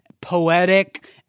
poetic